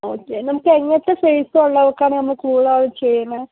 okay നമുക്ക് എങ്ങനത്തെ face ഉള്ളവർക്കാണ് നമ്മള് കൂടുതലായി ചെയ്യുന്നത്